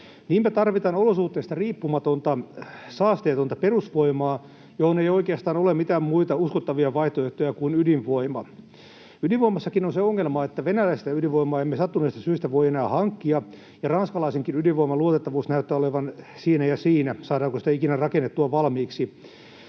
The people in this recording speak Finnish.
Niinpä tarvitaan olosuhteista riippumatonta, saasteetonta perusvoimaa, johon ei oikeastaan ole mitään muita uskottavia vaihtoehtoja kuin ydinvoima. Ydinvoimassakin on se ongelma, että venäläistä ydinvoimaa emme sattuneesta syystä voi enää hankkia ja ranskalaisenkin ydinvoiman luotettavuus näyttää olevan siinä ja siinä, saadaanko sitä ikinä rakennettua valmiiksi.